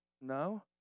No